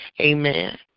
Amen